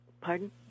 Pardon